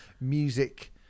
music